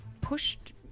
pushed